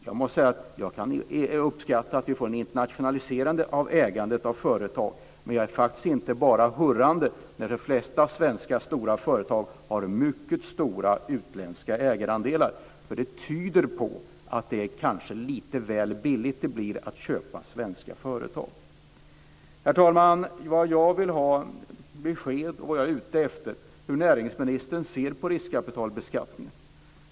Jag måste säga att jag kan uppskatta att vi får ett internationaliserande av ägandet av företag, men jag är faktiskt inte bara hurrande när de flesta svenska stora företag har mycket stora utländska ägarandelar. Det tyder nämligen på att det kanske är lite väl billigt att köpa svenska företag. Herr talman! Jag är ute efter besked om hur näringsministern ser på riskkapitalbeskattningen.